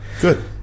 Good